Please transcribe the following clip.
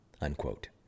unquote